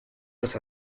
los